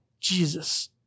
Jesus